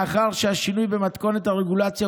מאחר שהשינוי במתכונת הרגולציה,